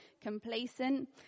complacent